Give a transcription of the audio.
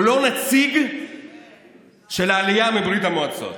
הוא לא נציג של העלייה מברית המועצות.